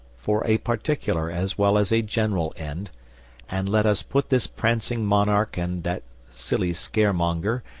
for a particular as well as a general end and let us put this prancing monarch and that silly scare-monger,